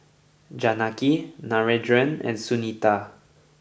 Janaki Narendra and Sunita